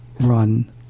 run